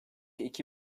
iki